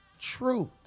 truth